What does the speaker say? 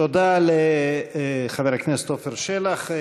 תודה לחבר הכנסת עפר שלח.